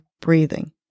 breathing